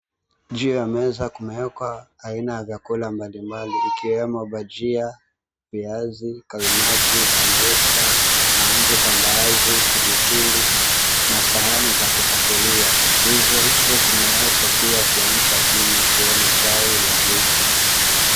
Juu ya meza kumewekwa vyakula mbalimbali ikiwemo bajia, vaizi, kaimati, sambusa, mahamri kwa mbaazi, pilipili na sahani za kupakulia vivo hivyo kumewekwa pia kiamsha kinywa ikiwemo chai na juisi.